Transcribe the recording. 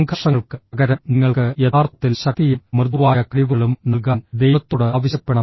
സംഘർഷങ്ങൾക്ക് പകരം നിങ്ങൾക്ക് യഥാർത്ഥത്തിൽ ശക്തിയും മൃദുവായ കഴിവുകളും നൽകാൻ ദൈവത്തോട് ആവശ്യപ്പെടണം